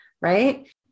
Right